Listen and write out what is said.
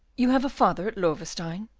you have a father at loewestein?